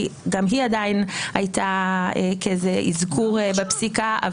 כי גם היא עדיין הייתה אזכור בפסיקה.